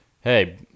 hey